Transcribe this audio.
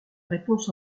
réponse